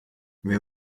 wer